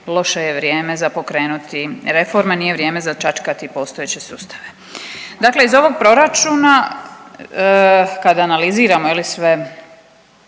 loše je vrijeme za pokrenuti reforme, nije vrijeme za čačkati postojeće sustav. Dakle, iz ovog proračuna kada analiziramo sve